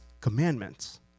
commandments